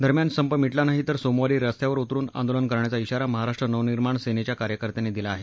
दरम्यान संप मिटला नाही तर सोमवारी रस्त्यावर उतरून आंदोलन करण्याचा इशारा महाराष्ट्र नवनिर्माण सेनेच्या कार्यकर्त्यांनी दिला आहे